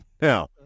Now